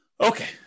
okay